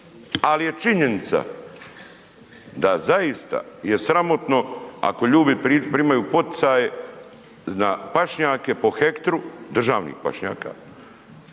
ali je činjenica da zaista je sramotno ako ljudi primaju poticaje na pašnjake po hektru, državnih pašnjaka